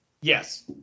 Yes